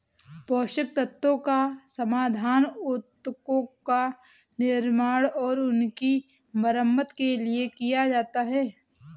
पोषक तत्वों का समाधान उत्तकों का निर्माण और उनकी मरम्मत के लिए किया जाता है